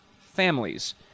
families